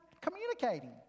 Communicating